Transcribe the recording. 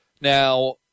Now